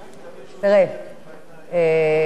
יש גבול גם לדרישות מאתנו.